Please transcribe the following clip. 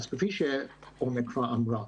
כפי שעומר כבר אמרה,